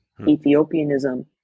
Ethiopianism